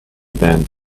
band